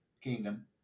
Kingdom